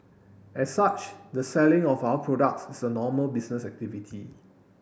as such the selling of our products is a normal business activity